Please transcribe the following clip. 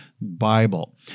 Bible